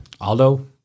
Aldo